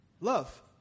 love